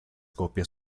copias